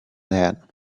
that